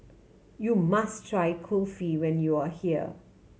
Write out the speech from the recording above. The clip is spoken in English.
you must try Kulfi when you are here